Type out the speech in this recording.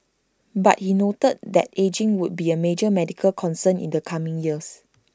but he noted that ageing would be A major medical concern in the coming years